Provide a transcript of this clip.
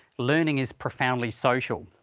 learning is profoundly social.